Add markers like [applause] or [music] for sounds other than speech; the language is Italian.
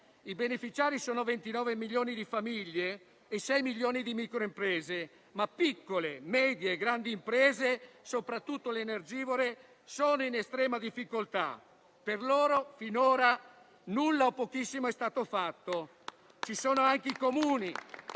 I beneficiari sono 29 milioni di famiglie e 6 milioni di microimprese, ma piccole, medie e grandi imprese, soprattutto le energivore, sono in estrema difficoltà. Per loro finora nulla o pochissimo è stato fatto. [applause] Ci sono anche i Comuni